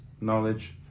knowledge